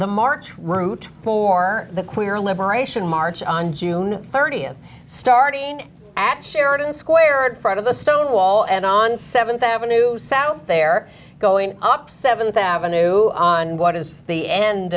march route for the queer liberation march on june thirtieth starting at sheridan squared front of the stone wall and on seventh avenue south they're going up seventh avenue on what is the end